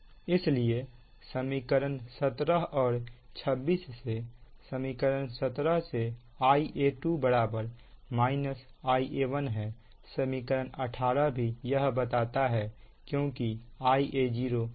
इसलिए समीकरण 17 और 26 से समीकरण 17 से Ia2 Ia1 है समीकरण 18 भी यह बताता है क्योंकि Ia0 0 है